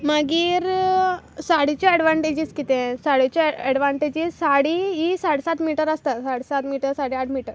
मागीर साडीच्यो एडवांटेजीस कितें साडयेच्यो एडवांटेजीस साडी ही साडे सात मिटर आसता साडे सात मिटर साडे आठ मिटर